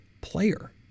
player